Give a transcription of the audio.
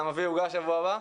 אתה מביא עוגה בשבוע הבא?